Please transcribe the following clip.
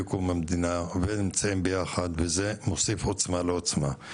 קום המדינה ונמצאים ביחד וזה מוסיף עוצמה לעוצמה.